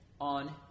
on